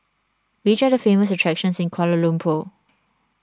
which are the famous attractions in Kuala Lumpur